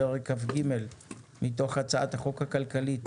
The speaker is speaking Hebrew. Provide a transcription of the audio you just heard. פרק כ"ג מתוך הצעת החוק הכלכלית